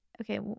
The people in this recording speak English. okay